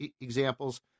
examples